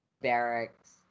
barracks